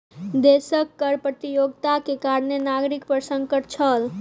देशक कर प्रतियोगिताक कारणें नागरिक पर संकट छल